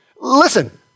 Listen